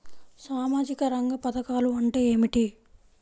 సామాజిక రంగ పధకాలు అంటే ఏమిటీ?